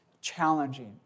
challenging